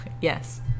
Yes